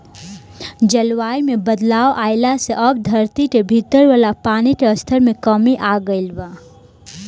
जलवायु में बदलाव आइला से अब धरती के भीतर वाला पानी के स्तर में कमी आ गईल बा